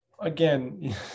again